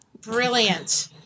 Brilliant